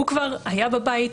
הוא כבר היה בבית,